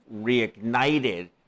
reignited